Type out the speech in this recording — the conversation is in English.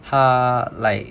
他 like